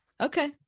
Okay